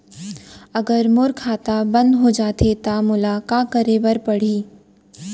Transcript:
अगर मोर खाता बन्द हो जाथे त मोला का करे बार पड़हि?